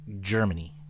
Germany